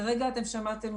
כרגע שמעתם,